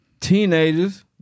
Teenagers